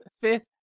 fifth